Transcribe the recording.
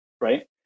Right